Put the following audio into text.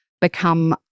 become